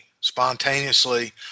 spontaneously